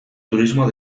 turismo